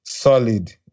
solid